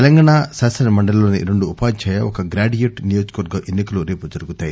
తెలంగాణ శాసనమండలిలోని రెండు ఉపాధ్యాయ ఒక గ్రాడ్యుయేట్ నియోజకవర్గ ఎన్ని కలు రేపు జరుగుతాయి